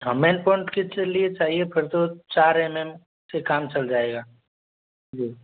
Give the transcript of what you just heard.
हाँ main point के लिए चाहिए फिर तो चार एम एम से काम चल जाएगा